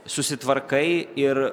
susitvarkai ir